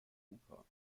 cooper